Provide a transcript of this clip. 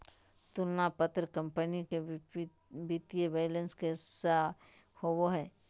तुलना पत्र कंपनी के वित्तीय बैलेंस के सार होबो हइ